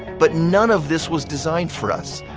but none of this was designed for us.